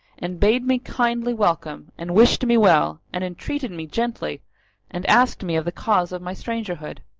and bade me kindly welcome and wished me well and entreated me gently and asked me of the cause of my strangerhood.